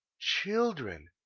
children,